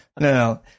no